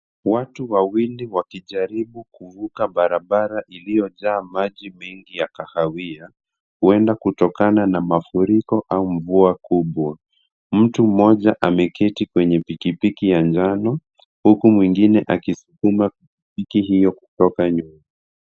Watu wawili wakijaribu kuvuka barabara iliyojaa maji mingi ya kahawia, huenda kutokana na mafuriko au mvua kubwa. Mtu mmoja ameketi kwenye pikipiki ya njano, huku mwingine akisukuma pikipiki hiyo kutoka nyuma.